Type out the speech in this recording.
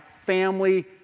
family